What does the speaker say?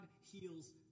heals